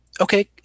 Okay